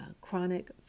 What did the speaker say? chronic